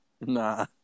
Nah